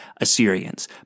Assyrians